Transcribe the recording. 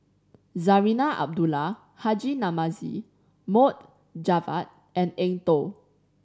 Zarinah Abdullah Haji Namazie Mohd Javad and Eng Tow